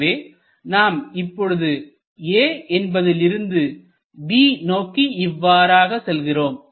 எனவே நாம் இப்பொழுது A என்பதிலிருந்து B நோக்கி இவ்வாறாக செல்கிறோம்